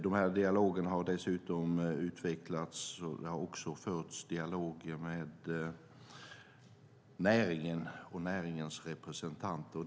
Den dialogen har dessutom utvecklats, och det har också förts dialog med näringen och näringens representanter.